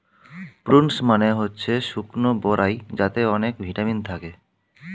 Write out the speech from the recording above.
prunes মানে হচ্ছে শুকনো বরাই যাতে অনেক ভিটামিন থাকে